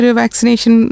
vaccination